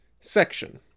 Section